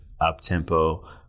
up-tempo